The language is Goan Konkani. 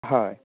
हय